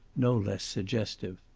no less suggestive.